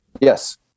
Yes